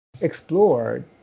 explored